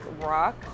rock